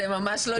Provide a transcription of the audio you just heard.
זה ממש לא יאומן.